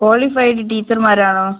qualified ടീച്ചർമാരാണോ